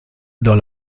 dans